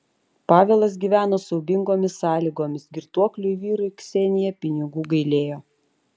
pavelas gyveno siaubingomis sąlygomis girtuokliui vyrui ksenija pinigų gailėjo